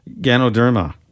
Ganoderma